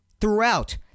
throughout